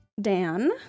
Dan